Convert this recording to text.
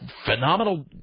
phenomenal